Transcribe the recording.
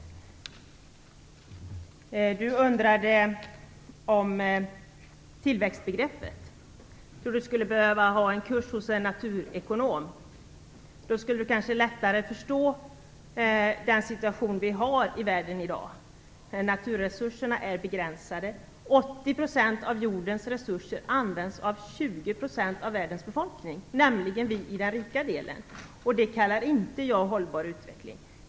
Lars Leijonborg undrade över tillväxtbegreppet. Jag tror att det behövs en kurs hos en naturekonom. Då skulle Lars Leijonborg kanske lättare förstå situationen i världen i dag. Naturresurserna är ju begränsade. 80 % av jordens resurser används av 20% av världens befolkning, nämligen av oss i den rika delen. Det kallar jag inte för en hållbar utveckling.